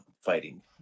fighting